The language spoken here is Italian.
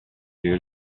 più